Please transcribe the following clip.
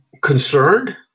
concerned